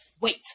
wait